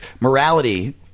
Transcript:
morality